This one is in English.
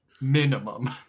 minimum